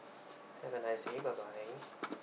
have a nice day bye bye